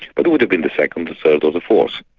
but it would have been the second or third or the fourth.